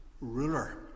ruler